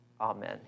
Amen